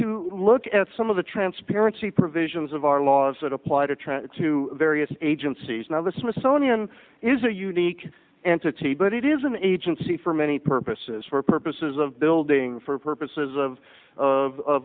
to look at some of the transparency provisions of our laws that apply to try to various agencies now the smithsonian is a unique entity but it is an agency for many purposes for purposes of building for purposes of